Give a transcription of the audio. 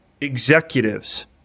executives